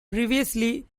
previously